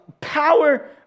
Power